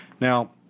Now